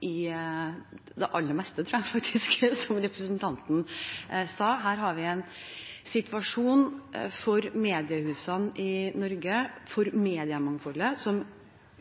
i det aller meste, tror jeg faktisk, som representanten sa. Her har vi en situasjon for mediehusene i Norge, for mediemangfoldet, som